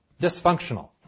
dysfunctional